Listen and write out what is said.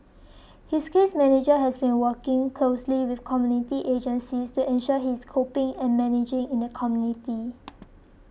his case manager has been working closely with community agencies to ensure he is coping and managing in the community